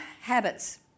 habits